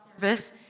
service